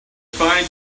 find